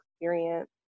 experience